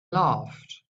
laughed